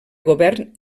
govern